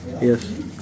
yes